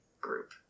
group